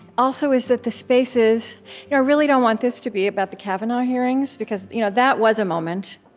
also, is that the spaces i really don't want this to be about the kavanaugh hearings, because you know that was a moment,